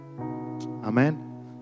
Amen